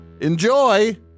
Enjoy